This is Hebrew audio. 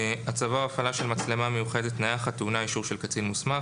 "הצבה או הפעלה של מצלמה מיוחדת נייחת טעונה אישור של קצן מוסמך.